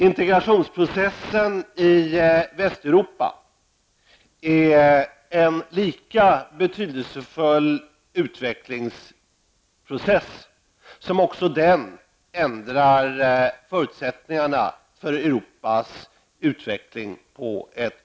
Integrationsprocessen i Västeuropa är en lika betydelsefull utvecklingsprocess, som också den på ett grundläggande sätt ändrar förutsättningarna för Europas utveckling.